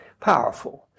powerful